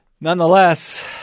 Nonetheless